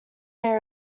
may